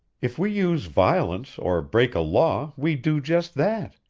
if we use violence or break a law, we do just that.